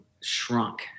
shrunk